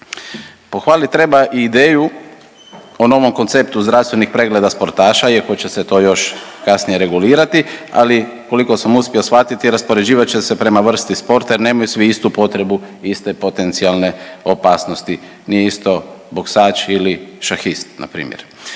Pohvalit treba i ideju o novom konceptu zdravstvenih pregleda sportaša iako će se to još kasnije regulirati, ali koliko sam uspio shvatiti raspoređivat će se prema vrsti sporta jer nemaju svi istu potrebu i iste potencijalne opasnosti, nije isto boksač ili šahist na primjer.